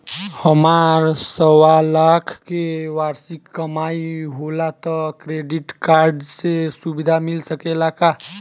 हमार सवालाख के वार्षिक कमाई होला त क्रेडिट कार्ड के सुविधा मिल सकेला का?